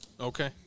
Okay